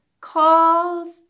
calls